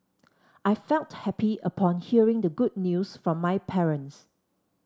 I felt happy upon hearing the good news from my parents